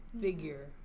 figure